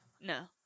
No